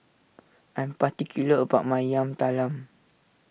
I am particular about my Yam Talam